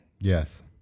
Yes